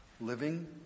Living